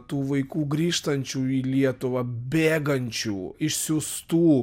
tų vaikų grįžtančių į lietuvą bėgančių išsiųstų